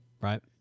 Right